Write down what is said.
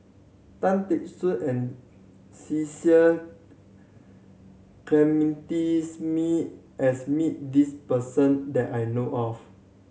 Tan Teck Soon and Cecil Clementi Smith has met this person that I know of